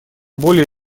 более